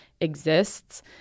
exists